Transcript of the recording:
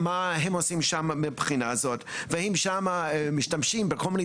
מה הם עושים שמה מהבחינה הזאת ואם שמה משתמשים בכל מיני